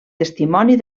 testimoni